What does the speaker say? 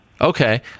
Okay